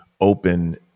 open